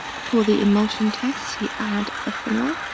for the emulsion tests you add ethanol.